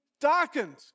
darkened